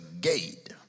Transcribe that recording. gate